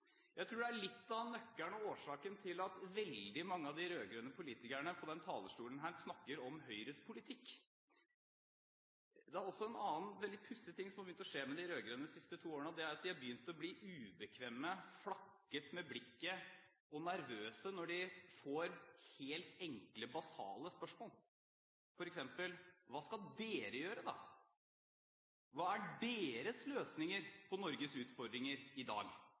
Jeg tror det er noe av årsaken til at veldig mange av de rød-grønne politikerne på denne talerstolen snakker om Høyres politikk. Det er også en annen veldig pussig ting som har begynt å skje med de rød-grønne de siste to årene, og det er at de har begynt å bli ukomfortable og flakket med blikket og blitt nervøse når de får helt enkle, basale spørsmål, som f.eks.: Hva skal dere gjøre, da? Hva er deres løsninger på Norges utfordringer i dag?